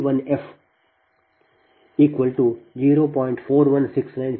ಆದ್ದರಿಂದ ಅದನ್ನು ಇಲ್ಲಿ ಇರಿಸಿ ಮತ್ತು ನೀವು V 1f 0